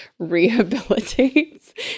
rehabilitates